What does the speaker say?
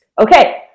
okay